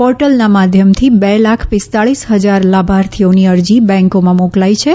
પોર્ટલનાં માધ્યમથી બે લાખ પીસ્તાળીસ હજાર લાભાર્થીઓની અરજી બેંકોમાં મોકલાઈ છે